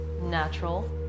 Natural